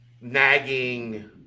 nagging